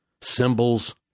Symbols